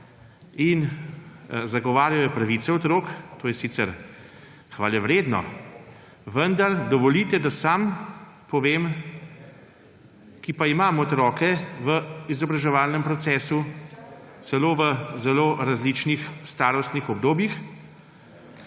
zagovarjajo pravice otrok. To je sicer hvalevredno, vendar dovolite, da sam povem, ki pa imam otroke v izobraževalnem procesu, celo v zelo različnih starostnih obdobjih.